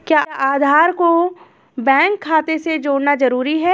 क्या आधार को बैंक खाते से जोड़ना जरूरी है?